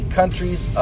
countries